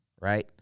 right